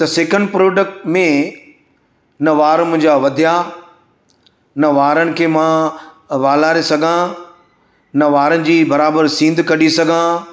त सिकन प्रोडक्ट में न वार मुंजा वधिया न वारनि खे मां वालारे सघां न वारनि जी बराबर सींद कढी सघां